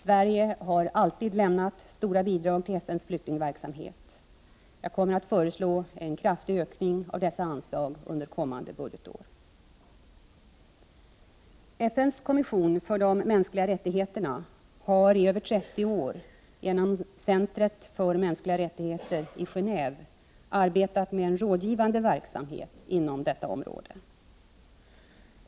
Sverige har alltid lämnat stora bidrag till FN:s flyktingverksamhet. Jag kommer att föreslå en kraftig ökning av dessa anslag för kommande budgetår. FN:s kommission för de mänskliga rättigheterna har i över 30 år — genom centret för mänskliga rättigheter i Gendve — arbetat med rådgivande verksamhet inom detta område.